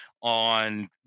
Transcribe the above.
on